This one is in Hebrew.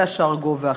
סשה ארגוב ואחרים.